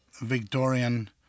Victorian